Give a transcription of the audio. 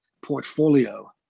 portfolio